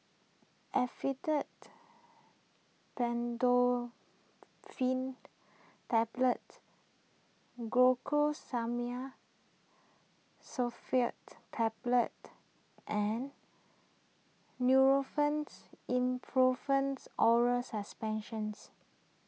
Tablets Glucosamine Sulfate Tablet and Nurofens Ibuprofens Oral Suspensions